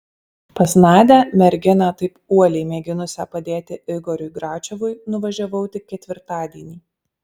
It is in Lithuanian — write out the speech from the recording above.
pas nadią merginą taip uoliai mėginusią padėti igoriui gračiovui nuvažiavau tik ketvirtadienį